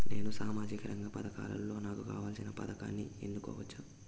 నేను సామాజిక రంగ పథకాలలో నాకు కావాల్సిన పథకాన్ని ఎన్నుకోవచ్చా?